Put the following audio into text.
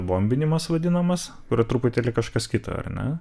bombinimas vadinamas yra truputėlį kažkas kita ar ne